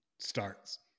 starts